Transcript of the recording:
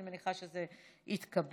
אני מניחה שזה התקבל.